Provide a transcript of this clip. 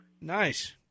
Nice